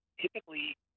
typically –